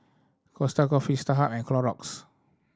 Costa Coffee Starhub and Clorox